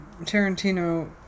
Tarantino